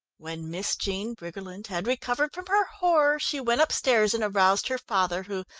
when miss jean briggerland had recovered from her horror, she went upstairs and aroused her father, who,